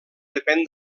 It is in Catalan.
depèn